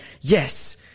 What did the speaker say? yes